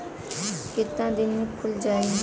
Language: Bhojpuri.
कितना दिन में खुल जाई?